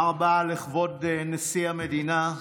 לכבוד נשיא המדינה.